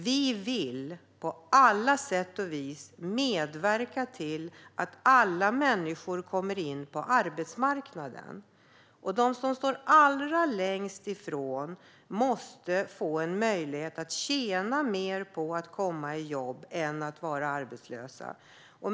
Vi vill på alla sätt och vis medverka till att alla människor kommer in på arbetsmarknaden, och de som står allra längst ifrån måste få möjlighet att tjäna mer på att komma i jobb än på att vara arbetslösa.